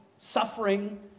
suffering